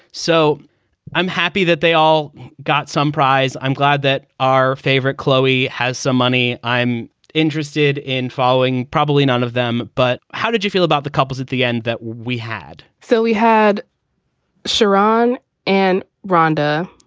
so i'm happy that they all got some prize. i'm glad that our favorite chloe has some money i'm interested in following. probably none of them. but how did you feel about the couples at the end that we had? so we had sharon and rhonda.